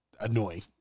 annoying